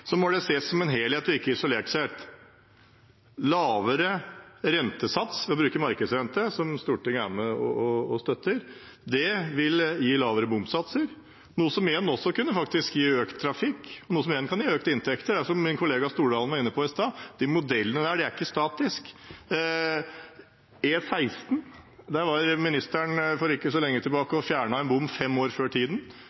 må det ses som en helhet og ikke isolert. Lavere rentesats ved å bruke markedsrente, som Stortinget er med og støtter, vil gi lavere bomsatser – noe som igjen faktisk kan gi økt trafikk, som igjen kan gi økte inntekter. Det er slik, som min kollega Stordalen var inne på i stad, at modellene ikke er statiske. På E16 var ministeren for ikke så lenge